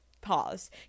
pause